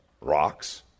rocks